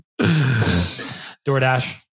DoorDash